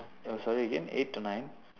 oh sorry again eight to nine